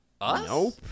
Nope